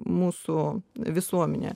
mūsų visuomenėje